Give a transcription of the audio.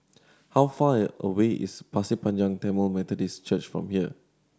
how far away is Pasir Panjang Tamil Methodist Church from here